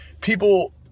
people